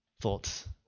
thoughts